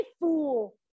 fool